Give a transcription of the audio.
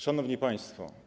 Szanowni Państwo!